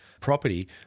property